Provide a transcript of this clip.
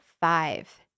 five